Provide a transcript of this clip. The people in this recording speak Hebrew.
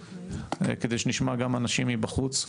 כדי שנשמע גם אנשים מבחוץ.